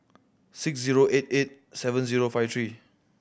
six zero eight eight seven zero five three